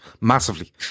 Massively